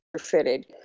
fitted